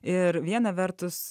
ir viena vertus